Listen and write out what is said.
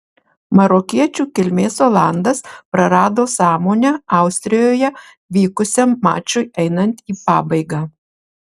marokiečių kilmės olandas prarado sąmonę austrijoje vykusiam mačui einant į pabaigą